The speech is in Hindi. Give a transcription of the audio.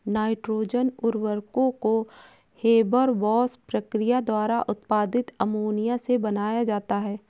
नाइट्रोजन उर्वरकों को हेबरबॉश प्रक्रिया द्वारा उत्पादित अमोनिया से बनाया जाता है